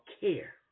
care